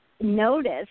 notice